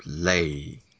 play